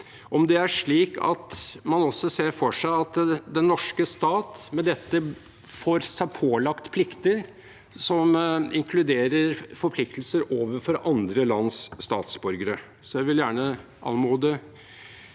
Er det slik at man også ser for seg at den norske stat med dette får seg pålagt plikter som inkluderer forpliktelser overfor andre lands statsborgere? Jeg vil gjerne anmode